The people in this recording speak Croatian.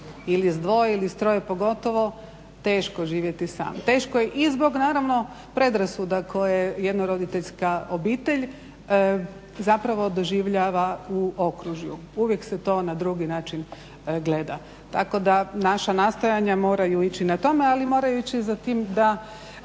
ili s dvoje ili s troje pogotovo teško živjeti sam, teško je i zbog predrasuda koje jednoroditeljska obitelj doživljava u okružju. Uvijek se to na drugi način gleda, tako da naša nastojanja moraju ići na tome ali moraju ići za tim da